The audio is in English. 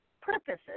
purposes